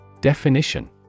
Definition